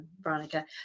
veronica